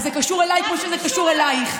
אז זה קשור אליי כמו שזה קשור אלייך.